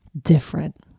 different